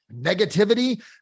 Negativity